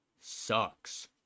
sucks